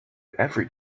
every